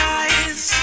eyes